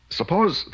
suppose